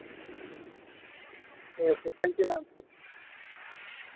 okay thank you ma'am